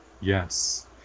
Yes